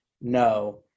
no